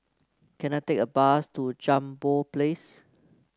can I take a bus to Jambol Place